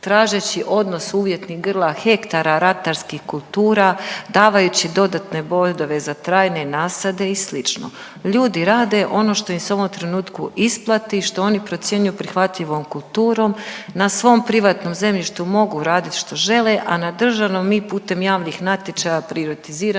tražeći odnos uvjetnih grla hektara ratarskih kultura, davajući dodatne bodove za trajne nasade i sl. Ljudi rade ono što im se u ovom trenutku isplati, što oni procjenjuju prihvatljivom kulturom, na svom privatnom zemljištu radit što žele, a na državnom mi putem javnih natječaja prioritiziramo